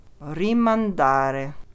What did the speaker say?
Rimandare